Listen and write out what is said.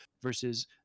versus